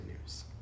news